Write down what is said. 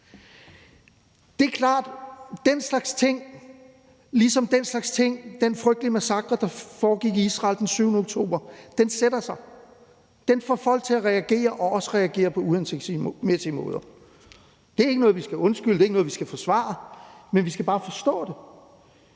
Det er klart, at den slags ting ligesom også den frygtelige massakre, der foregik i Israel den 7. oktober 2023, sætter sig og får folk til at reagere og også reagere på uhensigtsmæssige måder. Det er ikke noget, vi skal undskylde, og det er ikke noget, vi skal forsvare, men vi skal bare forstå det.